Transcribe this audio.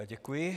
Děkuji.